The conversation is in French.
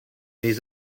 les